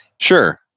sure